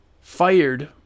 fired